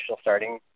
starting